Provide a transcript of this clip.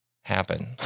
happen